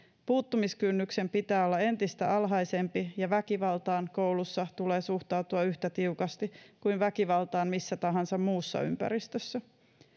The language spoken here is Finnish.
puuttumiskynnyksen pitää olla entistä alhaisempi ja väkivaltaan koulussa tulee suhtautua yhtä tiukasti kuin väkivaltaan missä tahansa muussa ympäristössä